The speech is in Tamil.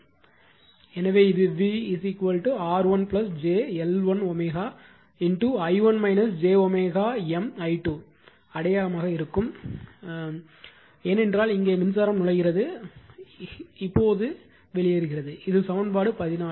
எனவே இது V R1 j L1 i1 j M i2 அடையாளம் இருக்கும் என்று நான் சொன்னேன் ஏனென்றால் இங்கே மின்சாரம் நுழைகிறது அது இப்போது வெளியேறுகிறது இது சமன்பாடு 14